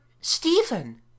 stephen